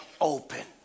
open